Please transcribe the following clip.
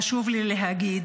חשוב לי להגיד,